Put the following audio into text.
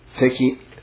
taking